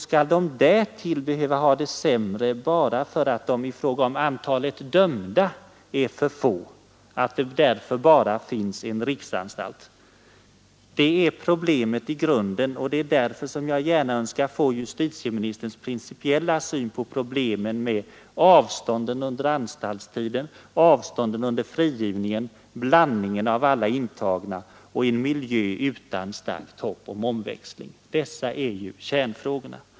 Skall de därtill behöva ha det sämre bara därför att de i fråga om antalet dömda är så få, att det bara finns en riksanstalt? Det är problemet i grunden, och det är därför som jag gärna önskar få veta justitieministerns principiella syn på problemen med dessa fyra frågor: avstånden under anstaltstiden, avstånden vid frigivningen, blandningen av alla intagna och en miljö utan starkt hopp om omväxling. Detta är ju kärnfrågorna.